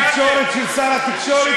יועץ התקשורת של שר התקשורת,